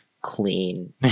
clean